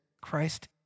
Christ